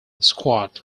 squad